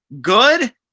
Good